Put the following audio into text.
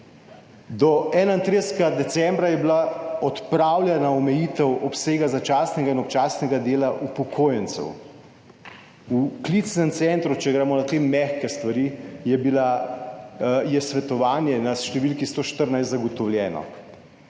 Do 31. decembra je bila odpravljena omejitev obsega začasnega in občasnega dela upokojencev. V klicnem centru, če gremo na te mehke stvari, je svetovanje na številki 114 zagotovljeno.